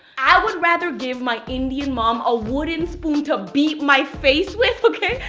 i would rather give my indian mom a wooden spoon to beat my face with, okay,